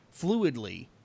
fluidly